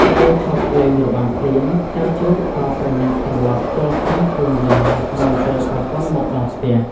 ពេលឈប់លេងរបាំភ្លាម ចៅជ្រូកក៏ប្រញាប់ត្រឡប់ចូលស្រោមខ្លួនវិញ មុនពេលប្រពន្ធមកដល់ផ្ទះ។